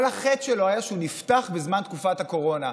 כל החטא שלו היה שהוא נפתח בזמן תקופת הקורונה,